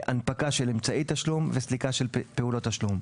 הנפקה של אמצעי תשלום וסליקה של פעולת תשלום.